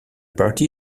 party